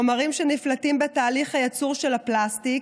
החומרים שנפלטים בתהליך הייצור של הפלסטיק